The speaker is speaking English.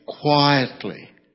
quietly